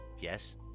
Yes